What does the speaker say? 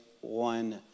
one